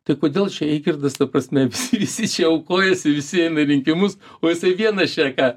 tik kodėl čia eigirdas ta prasme visi visi čia jau kovėsi visi ėmė rinkimus o jisai vienas čia ką